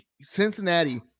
Cincinnati